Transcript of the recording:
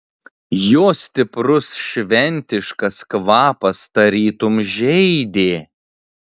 jo stiprus šventiškas kvapas tarytum žeidė